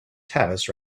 tavis